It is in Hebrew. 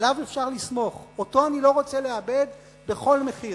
עליו אפשר לסמוך, אותו אני לא רוצה לאבד בכל מחיר.